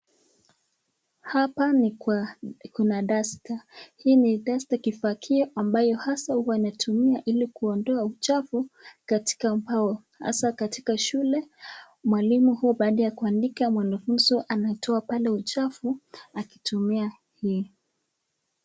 Hapa ni kwa, kuna duster . Hii ni duster , kifagio ambayo hasa huwa inatumiwa ili kuondoa uchafu katika ubao, hasa katika shule mwalimu huwa baada ya kuandika mwanafunzi huwa anatoa pale uchafu akitumia hii.